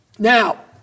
Now